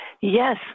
Yes